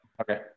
Okay